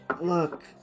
Look